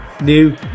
new